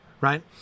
right